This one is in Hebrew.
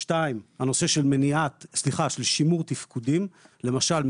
2. שימור תפקודים: למשל,